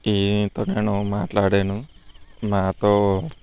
ఈయనతో నేను మాట్లాడాను నాతో